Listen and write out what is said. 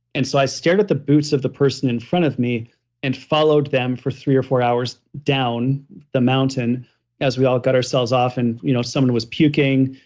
and so i stared at the boots of the person in front of me and followed them for three or four hours down the mountain as we all got ourselves off and you know someone was puking.